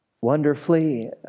wonderfully